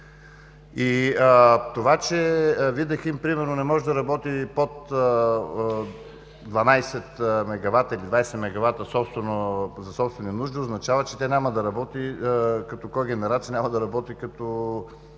Това че „Видахим“ примерно не може да работи под 12 мегавата или 20 мегавата за собствени нужди, означава, че тя няма да работи като когенерация, няма да работи като